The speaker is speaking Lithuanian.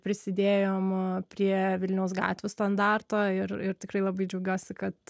prisidėjom prie vilniaus gatvių standarto ir ir tikrai labai džiaugiuosi kad